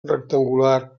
rectangular